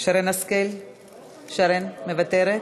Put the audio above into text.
שרן השכל שרן, מוותרת?